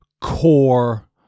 core